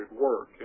work